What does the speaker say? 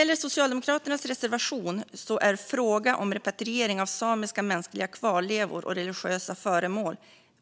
Apropå Socialdemokraternas reservation är frågan om repatriering av samiska mänskliga kvarlevor och religiösa föremål